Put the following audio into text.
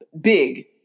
big